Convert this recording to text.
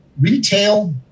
Retail